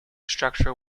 structure